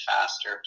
faster